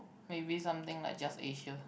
maybe something like Just Acia